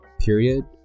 period